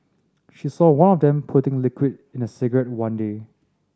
she saw one of them putting liquid in a cigarette one day